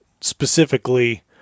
specifically